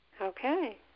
Okay